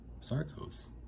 Sarcos